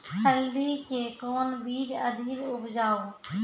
हल्दी के कौन बीज अधिक उपजाऊ?